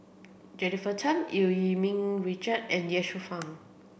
Jennifer Tham Eu Yee Ming Richard and Ye Shufang